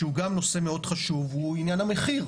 שהוא גם נושא מאוד חשוב, הוא עניין המחיר,